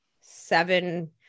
seven